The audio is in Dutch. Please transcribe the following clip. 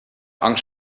angst